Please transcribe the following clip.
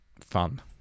fun